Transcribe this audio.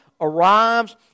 arrives